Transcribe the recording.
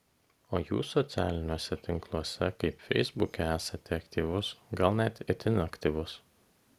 o jūs socialiniuose tinkluose kaip feisbuke esate aktyvus gal net itin aktyvus